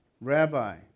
Rabbi